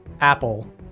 Apple